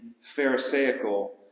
pharisaical